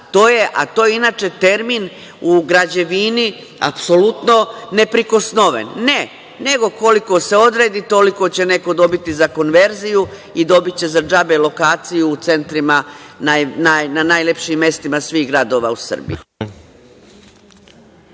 a to je inače termin u građevini apsolutno neprikosnoven. Ne, nego koliko se odredi toliko će neko dobiti za konverziju i dobiće za džabe lokaciju u centrima na najlepšim mestima svih gradova u Srbiji.